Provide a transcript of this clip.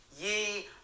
ye